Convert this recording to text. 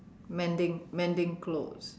mending mending clothes